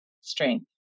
strength